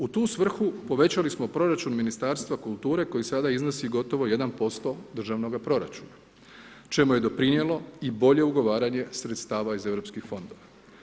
U tu svrhu povećali smo proračun Ministarstva kulture koji sada iznosi gotovo 1% državnoga proračuna čemu je doprinijelo i bolje ugovaranje sredstava iz EU fondova.